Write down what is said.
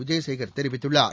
விஜயசேகர் தெரிவித்துள்ளார்